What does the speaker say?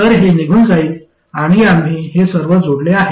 तर हे निघून जाईल आणि आम्ही हे सर्व सोडले आहे